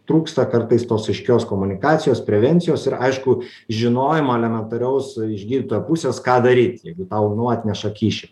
trūksta kartais tos aiškios komunikacijos prevencijos ir aišku žinojimo elementaraus iš gydytojo pusės ką daryt jeigu tau nu atneša kyšį